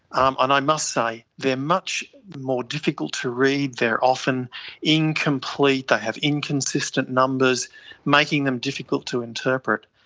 um and i must say, they are much more difficult to read, they are often incomplete, they have inconsistent numbers making them difficult to interpret.